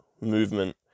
movement